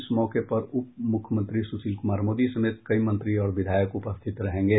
इस मौके पर उप मुख्यमंत्री सुशील कुमार मोदी समेत कई मंत्री और विधायक उपस्थित रहेंगे